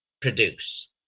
produce